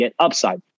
GetUpside